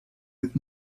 with